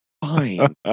Fine